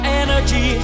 energy